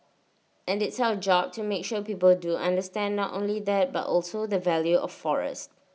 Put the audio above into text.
and it's our job to make sure people do understand not only that but also the value of forest